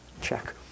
check